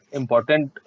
important